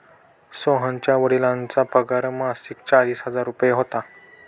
सोहनच्या वडिलांचा पगार मासिक चाळीस हजार रुपये होता